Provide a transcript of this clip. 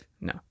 no